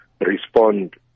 respond